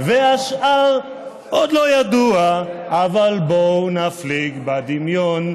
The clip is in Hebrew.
/ והשאר, עוד לא ידוע, אבל בואו נפליג בדמיון,